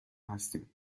هستیم